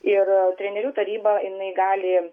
ir trenerių taryba jinai gali